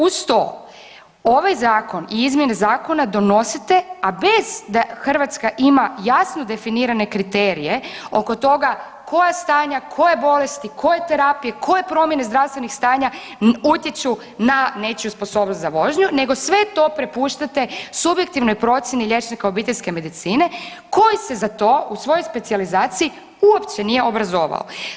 Uz to ovaj zakon i izmjene zakone donosite a bez da Hrvatska ima jasno definirane kriterije oko toga koja stanja, koje bolesti, koje terapije, koje promjene zdravstvenih stanja utječu na nečiju sposobnost za vožnju, nego sve to prepuštate subjektivnoj procjeni liječnika obiteljske medicine koji se za to u svojoj specijalizaciji uopće nije obrazovao.